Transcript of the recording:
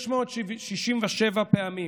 667 פעמים